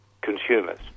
consumers